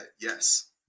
yes